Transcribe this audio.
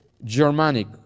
Germanic